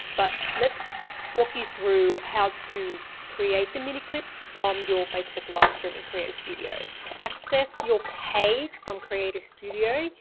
but let's walk you through how to create the mini clips from your facebook livestream in creator studio. to access your page from creator studio,